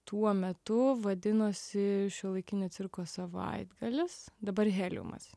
tuo metu vadinosi šiuolaikinio cirko savaitgalis dabar heliumas